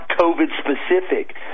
COVID-specific